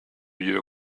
you